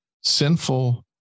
sinful